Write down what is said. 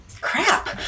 crap